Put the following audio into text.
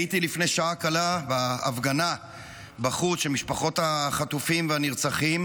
הייתי לפני שעה קלה בהפגנה בחוץ של משפחות החטופים והנרצחים,